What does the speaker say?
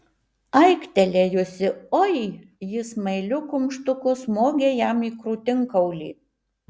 aiktelėjusi oi ji smailiu kumštuku smogė jam į krūtinkaulį